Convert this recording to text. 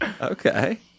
Okay